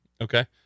Okay